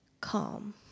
calm